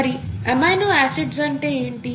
మరి amino acid అంటే ఏంటి